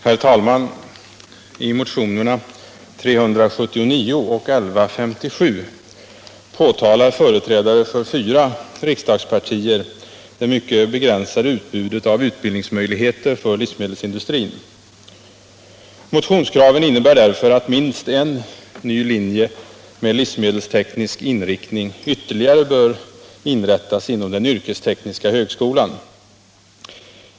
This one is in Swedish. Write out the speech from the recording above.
Herr talman! I motionerna 379 och 1157 påtalar företrädare för fyra riksdagspartier det mycket begränsade utbudet av utbildningsmöjligheter för livsmedelsindustrin. Motionskraven innebär att minst en linje med livsmedelsteknisk inriktning ytterligare bör inrättas inom den yrkestekniska högskolan.